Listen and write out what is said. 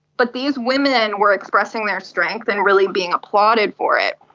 but these women were expressing their strength and really being applauded for it.